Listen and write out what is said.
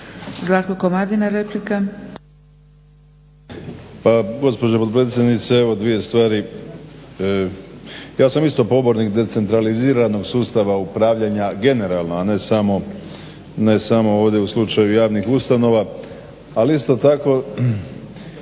**Komadina, Zlatko (SDP)** Gospođo potpredsjednice. Evo dvije stvari, ja sam isto pobornik decentraliziranog sustava upravljanja generalno, a ne samo ovdje u slučaju javnih ustanova. Ali isto tako